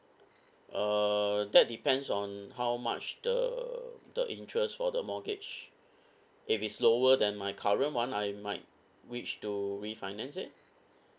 uh that depends on how much the the interest for the mortgage if it's lower than my current one I might wish to refinance it